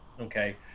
okay